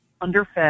underfed